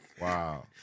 Wow